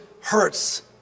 hurts